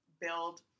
build